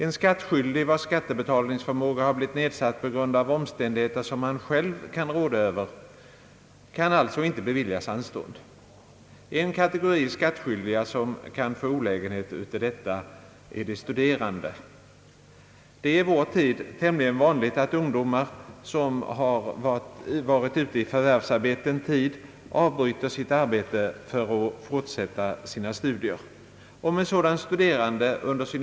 En skattskyldig, vilkens skattebetalningsförmåga blivit nedsatt på grund av omständigheter som han själv råder över, kan alltså inte beviljas anstånd. En kategori skattskyldiga som kan få olägenhet av detta är de studerande. Det är i vår tid tämligen vanligt att ungdomar, som har varit ute i förvärvslivet en tid, avbryter sitt arbete för att fortsätta sina studier.